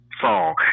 song